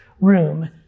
room